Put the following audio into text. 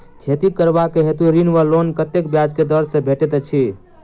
खेती करबाक हेतु ऋण वा लोन कतेक ब्याज केँ दर सँ भेटैत अछि?